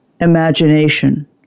imagination